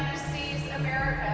sees america